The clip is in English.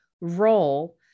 role